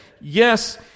Yes